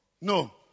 No